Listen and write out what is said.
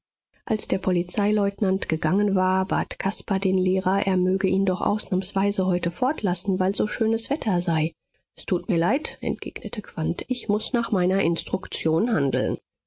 als der polizeileutnant gegangen war bat caspar den lehrer er möge ihn doch ausnahmsweise heute fortlassen weil so schönes wetter sei es tut mir leid entgegnete quandt ich muß nach meiner instruktion handeln